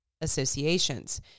associations